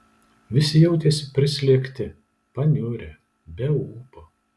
visi jautėsi prislėgti paniurę be ūpo